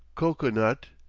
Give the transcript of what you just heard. cocoa-nut,